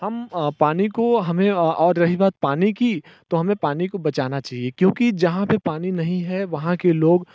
हम पानी को हमें और रही बात पानी की तो हमें पानी को बचाना चाहिए क्योंकि जहाँ पे पानी नहीं है वहाँ के लोग